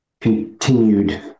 continued